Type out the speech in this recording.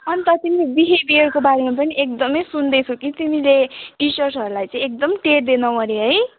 अन्त तिमीले विहेवियरको बारेमा पनि एकदमै सुन्दैछु कि तिमीले टिचर्सहरूलाई चाहिँ एकदम टेर्दैनौ अरे है